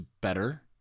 better